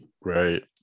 right